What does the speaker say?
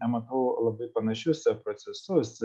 na matau labai panašius procesus